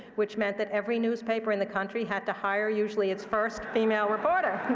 which meant that every newspaper in the country had to hire usually its first female reporter.